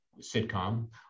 sitcom